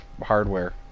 hardware